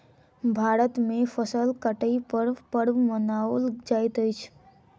भारत में फसिल कटै पर पर्व मनाओल जाइत अछि